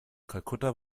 kalkutta